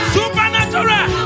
Supernatural